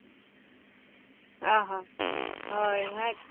ᱚ ᱦᱚᱸ ᱦᱳᱭ